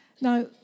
Now